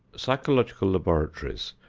psychological laboratories,